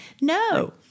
No